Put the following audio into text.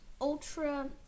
Ultra